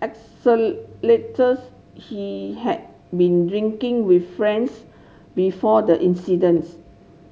he had been drinking with friends before the incidence